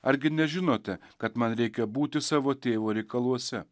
argi nežinote kad man reikia būti savo tėvo reikaluose